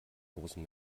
großen